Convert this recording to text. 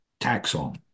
taxon